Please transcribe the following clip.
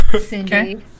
Cindy